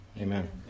Amen